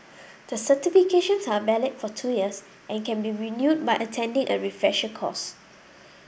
the certifications are valid for two years and can be renewed by attending a refresher course